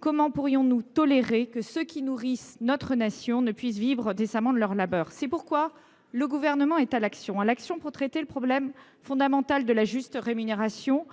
Comment pourrions nous tolérer que ceux qui nourrissent notre nation ne puissent vivre décemment de leur labeur ? C’est pourquoi le Gouvernement est à l’action pour traiter le problème fondamental de la juste rémunération,